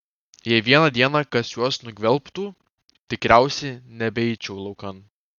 jei vieną dieną kas juos nugvelbtų tikriausiai nebeičiau laukan